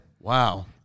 Wow